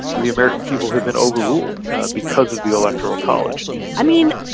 the american people have been overruled because of the electoral college i mean,